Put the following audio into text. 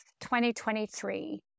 2023